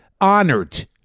honored